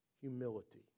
humility